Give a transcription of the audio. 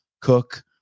cook